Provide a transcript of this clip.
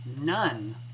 none